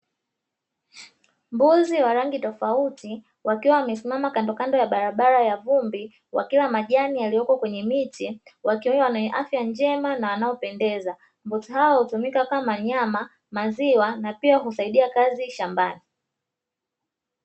Mbuzi wa rangi tofauti wakiwa wamesimama kandokando ya barabara ya vumbi wakila majani yaliyoko kwenye miti, wakiwa wenye afya njema na wanaopendeza. Mbuzi hao hutumika kama nyama, maziwa na pia husaidia kazi shambani.